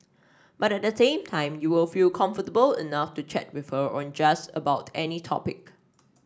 but at the same time you will feel comfortable enough to chat with her on just about any topic